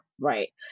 Right